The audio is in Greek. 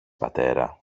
πατέρα